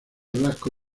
blasco